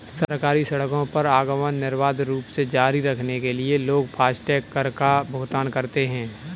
सरकारी सड़कों पर आवागमन निर्बाध रूप से जारी रखने के लिए लोग फास्टैग कर का भुगतान करते हैं